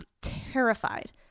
terrified